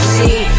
see